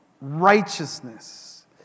righteousness